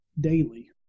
daily